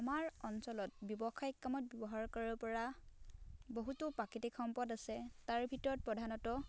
আমাৰ অঞ্চলত ব্যৱসায়িক কামত ব্যৱহাৰ কৰিব পৰা বহুতো প্ৰাকৃতিক সম্পদ আছে তাৰ ভিতৰত প্ৰধানতঃ